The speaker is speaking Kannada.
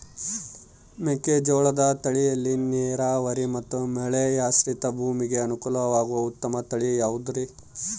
ಮೆಕ್ಕೆಜೋಳದ ತಳಿಗಳಲ್ಲಿ ನೇರಾವರಿ ಮತ್ತು ಮಳೆಯಾಶ್ರಿತ ಭೂಮಿಗೆ ಅನುಕೂಲವಾಗುವ ಉತ್ತಮ ತಳಿ ಯಾವುದುರಿ?